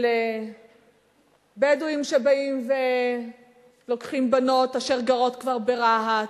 של בדואים שבאים ולוקחים בנות, אשר גרות כבר ברהט.